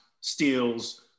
steals